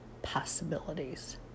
possibilities